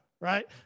right